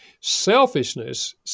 Selfishness